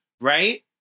right